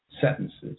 sentences